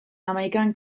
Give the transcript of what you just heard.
hamaikan